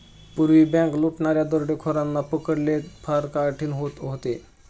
पूर्वी बँक लुटणाऱ्या दरोडेखोरांना पकडणे फार कठीण होत होते